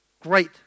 great